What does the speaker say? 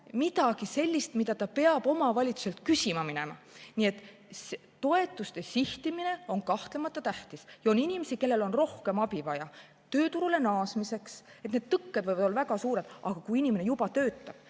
midagi sellist, mida ta peab omavalitsuselt küsima minema. Toetuste sihtimine on kahtlemata tähtis ja on inimesi, kellel on rohkem abi vaja tööturule naasmiseks, sest need tõkked võivad olla väga suured, aga kui inimene juba töötab,